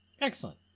Excellent